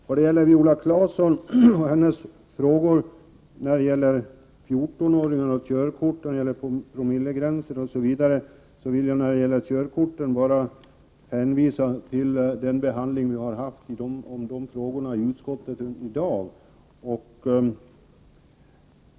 Herr talman! På Viola Claessons frågor om 14-åringar och körkort, promillegränser osv. vill jag när det gäller körkorten bara hänvisa till den behandling vi i dag hade i utskottet av dessa frågor.